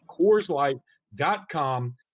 CoorsLight.com